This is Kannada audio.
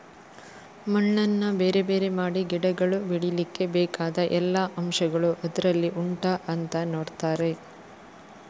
ಮಣ್ಣನ್ನ ಬೇರೆ ಬೇರೆ ಮಾಡಿ ಗಿಡಗಳು ಬೆಳೀಲಿಕ್ಕೆ ಬೇಕಾದ ಎಲ್ಲಾ ಅಂಶಗಳು ಅದ್ರಲ್ಲಿ ಉಂಟಾ ಅಂತ ನೋಡ್ತಾರೆ